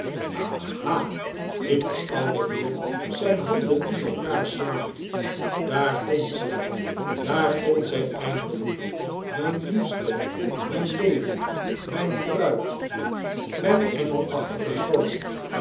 aha riep de oude heer zijn handen in elkaar slaand daar komt zij daar komt zij eindelijk mijn liefste mijn leven mijn bruid mijn engelachtige schoone